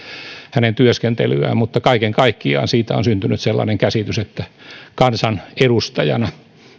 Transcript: hänen työskentelyään mutta kaiken kaikkiaan siitä on syntynyt sellainen käsitys että kansanedustajana